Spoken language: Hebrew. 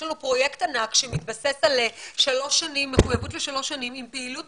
יש לנו פרויקט ענק שמתבסס על מחויבות לשלוש שנים עם פעילות